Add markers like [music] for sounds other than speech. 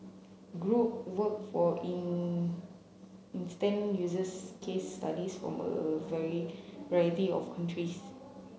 group work for in instance uses case studies from a [unintelligible] variety of countries